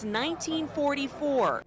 1944